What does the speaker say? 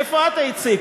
איפה את היית, ציפי?